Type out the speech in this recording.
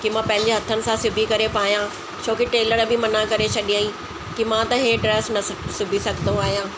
की मां पंहिंजे हथनि सां सिबी करे पायां छोकी टेलर बि मना करे छॾयईं की मां त इहे ड्रेस न सिबी सघंदो आहियां